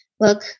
look